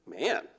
Man